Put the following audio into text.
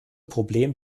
problem